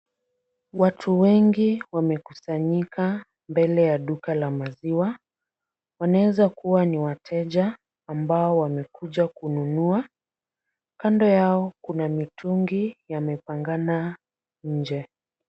Watu wengi wamekusanyika mbele ya duka la maziwa. Wanaweza kuwa ni wateja ambao wamekuja kununua. Kando yao kuna mitungi yamepangana nje.